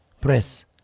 Press